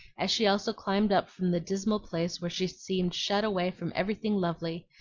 as she also climbed up from the dismal place where she seemed shut away from everything lovely,